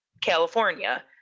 california